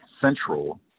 Central